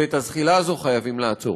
ואת הזחילה הזאת חייבים לעצור.